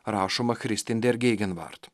rašoma christian der gegenwart